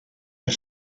per